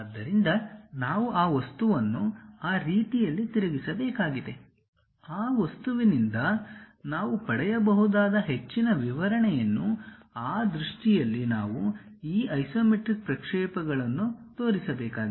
ಆದ್ದರಿಂದ ನಾವು ಆ ವಸ್ತುವನ್ನು ಆ ರೀತಿಯಲ್ಲಿ ತಿರುಗಿಸಬೇಕಾಗಿದೆ ಆ ವಸ್ತುವಿನಿಂದ ನಾವು ಪಡೆಯಬಹುದಾದ ಹೆಚ್ಚಿನ ವಿವರಣೆಯನ್ನು ಆ ದೃಷ್ಟಿಯಲ್ಲಿ ನಾವು ಈ ಐಸೊಮೆಟ್ರಿಕ್ ಪ್ರಕ್ಷೇಪಗಳನ್ನು ತೋರಿಸಬೇಕಾಗಿದೆ